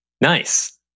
Nice